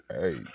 hey